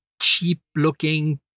cheap-looking